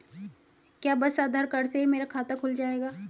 क्या बस आधार कार्ड से ही मेरा खाता खुल जाएगा?